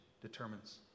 determines